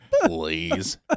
Please